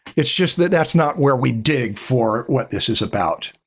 it's just that that's not where we dig for what this is about.